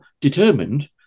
determined